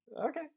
Okay